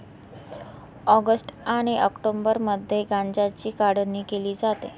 August आणि ऑक्टोबरमध्ये गांज्याची काढणी केली जाते